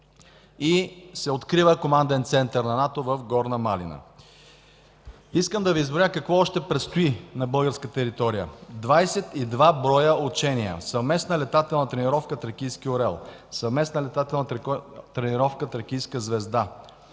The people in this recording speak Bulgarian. Открива се команден център на НАТО в Горна Малина. Искам да Ви изброя какво ще предстои на българска територия –22 броя учения: съвместна летателна тренировка „Тракийски орел”, съвместна летателна тренировка „Тракийска звезда”,